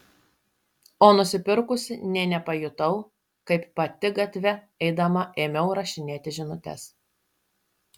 o nusipirkusi nė nepajutau kaip pati gatve eidama ėmiau rašinėti žinutes